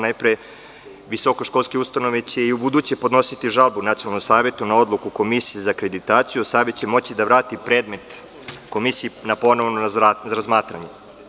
Najpre, visokoškolske ustanove će i u buduće podnositi žalbu Nacionalnom savetu na odluku Komisije za akreditaciju, a Savet će moći da vrati predmet Komisiji na ponovno razmatranje.